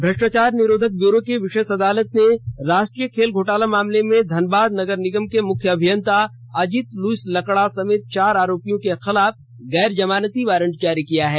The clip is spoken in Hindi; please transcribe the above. भ्रष्टाचार निरोधक ब्यूरो की विशेष अदालत ने राष्ट्रीय खेल घोटाला मामले में धनबाद नगर निगम के मुख्य अभियंता अजीत लुईस लकड़ा समेत चार आरोपियों के खिलाफ गैर जमानती वारंट जारी किया है